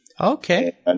Okay